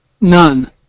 none